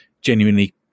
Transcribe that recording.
genuinely